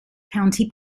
county